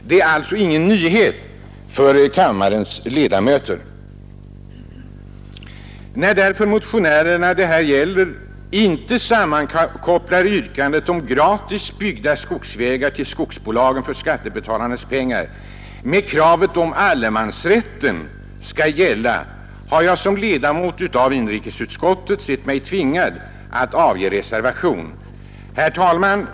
Detta är alltså ingen nyhet för kammarens ledamöter. När därför motionärerna inte sammankopplar yrkandet om gratis byggda skogsvägar till skogsbolagen för skattebetalarnas pengar med krav på att allemansrätten skall gälla, har jag som ledamot av inrikesutskottet sett mig tvingad att avge reservation. Herr talman!